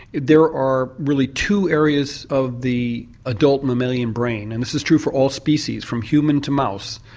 there are really two areas of the adult mammalian brain, and this is true for all species from humans to mouse,